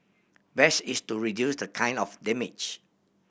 best is to reduce the kind of damage